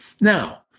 Now